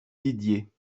didier